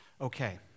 Okay